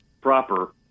proper